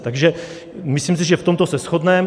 Takže myslím si, že v tomto se shodneme.